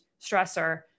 stressor